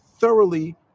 thoroughly